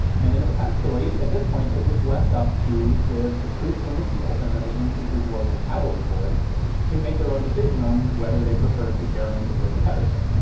and then it was actually at this point it was left up to the the troops in the field and then the infantry board and the cavalry board to make their own decision on whether they preferred the garand or the pedersen,